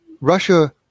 Russia